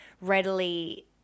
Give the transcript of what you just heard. readily